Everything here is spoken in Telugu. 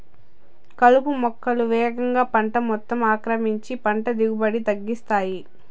కలుపు మొక్కలు వేగంగా పంట మొత్తం ఆక్రమించి పంట దిగుబడిని తగ్గిస్తాయి